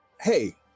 hey